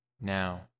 now